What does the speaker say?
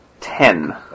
ten